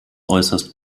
äußerst